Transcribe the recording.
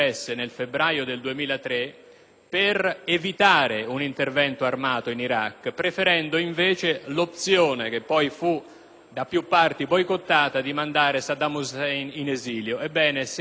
per evitare un intervento armato in Iraq, preferendo l'opzione, che poi fu da più parti boicottata, di mandare Saddam Hussein in esilio. Ebbene, se allora quell'atto di coraggio,